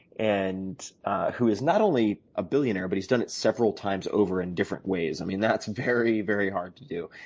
and who is not only a billionaire but he's done it several times over in different ways. i mean that's very, very hard to do.